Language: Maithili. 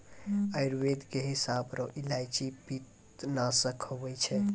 आयुर्वेद के हिसाब रो इलायची पित्तनासक हुवै छै